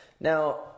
Now